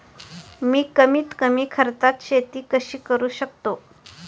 मी कमीत कमी खर्चात शेती कशी करू शकतो?